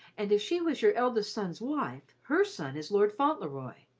and if she was your eldest son's wife, her son is lord fauntleroy,